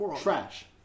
trash